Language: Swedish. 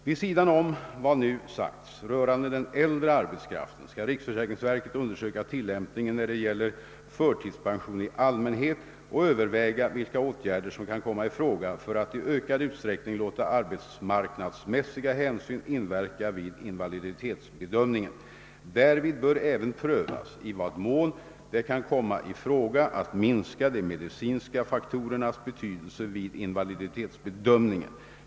Vid sidan om vad nu sagts rörande den äldre arbetskraften skall riksförsäkringsverket undersöka tillämpningen när det gäller förtidspension i allmänhet och överväga vilka åtgärder som kan komma i fråga för att i ökad utsträckning låta arbetsmarknadsmässiga hänsyn inverka vid invaliditetsbedömningen. Därvid bör även prövas i vad mån det kan komma i fråga att minska de medicinska faktorernas betydelse vid invaliditetsbedömningen.